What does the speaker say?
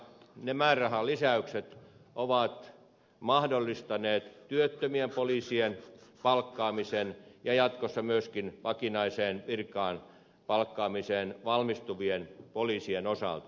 ne määrärahan lisäykset ovat mahdollistaneet työttömien poliisien palkkaamisen ja jatkossa myöskin vakinaiseen virkaan palkkaamisen valmistuvien poliisien osalta